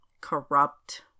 corrupt